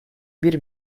bir